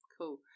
cool